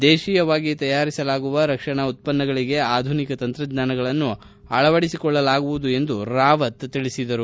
ದೇಶೀಯವಾಗಿ ತಯಾರಿಸಲಾಗುವುದು ರಕ್ಷಣಾ ಉತ್ಪನ್ನಗಳಿಗೆ ಆಧುನಿಕ ತಂತ್ರಜ್ಞಾನಗಳನ್ನು ಅಳವಡಿಸಿಕೊಳ್ಳಲಾಗುವುದು ಎಂದು ರಾವತ್ ತಿಳಿಸಿದರು